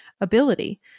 ability